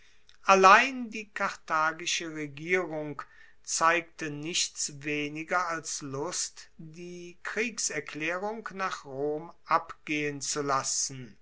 allein die karthagische regierung zeigte nichts weniger als lust die kriegserklaerung nach rom abgehen zu lassen